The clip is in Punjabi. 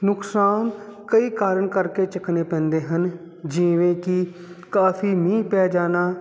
ਨੁਕਸਾਨ ਕਈ ਕਾਰਨ ਕਰਕੇ ਚੱਕਣੇ ਪੈਂਦੇ ਹਨ ਜਿਵੇਂ ਕਿ ਕਾਫੀ ਮੀਂਹ ਪੈ ਜਾਣਾ